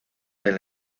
del